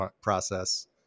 process